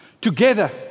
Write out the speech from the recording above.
Together